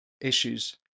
issues